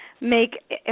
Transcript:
make